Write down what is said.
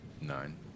Nine